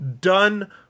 done